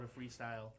freestyle